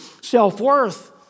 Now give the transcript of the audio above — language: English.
self-worth